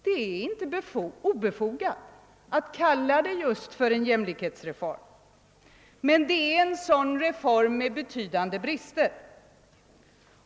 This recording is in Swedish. Det är inte obefogat att kalla det just för en jämlikhetsreform, men det är en reform med betydande brister.